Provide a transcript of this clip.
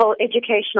educational